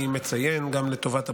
אני מציין, גם לטובת הפרוטוקול,